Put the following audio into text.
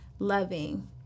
loving